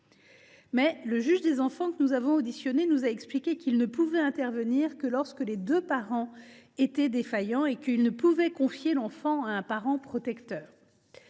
le juge des enfants que nous avons entendu en audition nous a expliqué qu’il ne pouvait intervenir que lorsque les deux parents étaient défaillants et qu’il ne pouvait confier l’enfant à un parent protecteur.